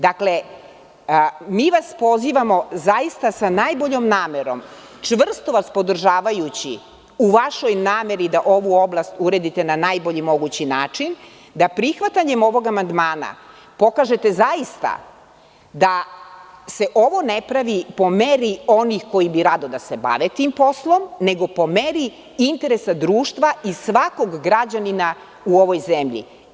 Dakle, mi vas pozivamo sa najboljom namerom, čvrsto vas podržavajući u vašoj nameri da ovu oblast uredite na najbolji mogući način, da prihvatanjem ovog amandmana pokažete zaista da se ovo ne pravi po meri onih koji bi rado da se bave tim poslom nego po meri interesa društva i svakog građanina u ovoj zemlji.